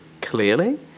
clearly